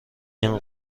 این